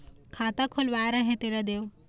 खाता खुलवाय रहे तेला देव?